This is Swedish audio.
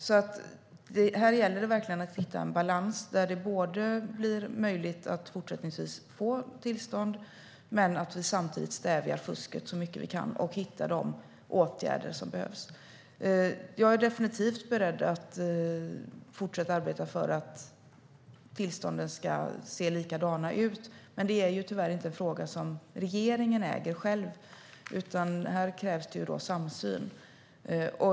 Här gäller det alltså verkligen att hitta en balans så att det blir möjligt att även fortsättningsvis få tillstånd samtidigt som vi stävjar fusket så mycket vi kan och hittar de åtgärder som behövs. Jag är definitivt beredd att fortsätta att arbeta för att tillstånden ska se likadana ut. Det är dock tyvärr inte en fråga som regeringen själv äger, utan här krävs samsyn.